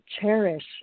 cherish